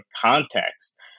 context